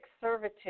servitude